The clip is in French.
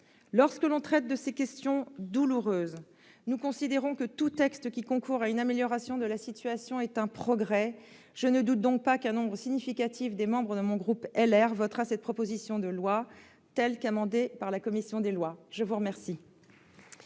Lorsque l'on traite de ces questions douloureuses, nous considérons que tout texte qui concourt à une amélioration de la situation est un progrès. Je ne doute donc pas qu'un nombre significatif des membres du groupe Les Républicains, auquel j'appartiens, votera cette proposition de loi, telle qu'amendée par la commission des lois. La parole